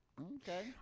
Okay